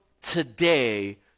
today